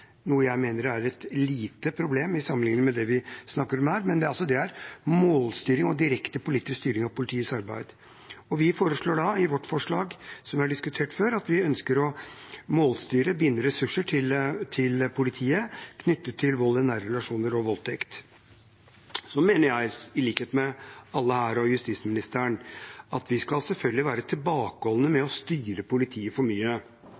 noe jeg mener er et lite problem hvis vi sammenligner med det vi snakker om her. Men det er altså målstyring og direkte politisk styring av politiets arbeid. I vårt forslag, som vi har diskutert før, ønsker vi å målstyre og binde ressurser til politiet knyttet til vold i nære relasjoner og voldtekt. Jeg mener, likhet med alle her og justisministeren, at vi selvfølgelig skal være tilbakeholdne med å styre politiet for mye.